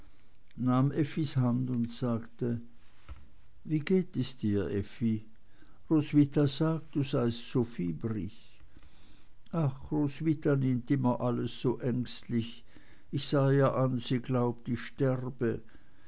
effis hand und sagte wie geht es dir effi roswitha sagt du seiest so fiebrig ach roswitha nimmt alles so ängstlich ich sah ihr an sie glaubt ich sterbe